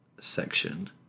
section